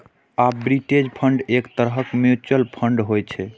arbitrage fund एक तरहक mutual fund होइ छै